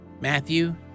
Matthew